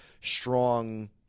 strong